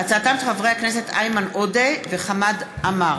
בהצעתם של חברי הכנסת איימן עודה וחמד עמאר